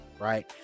right